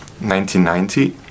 1990